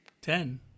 Ten